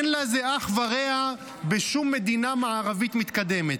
אין לזה אח ורע בשום מדינה מערבית מתקדמת.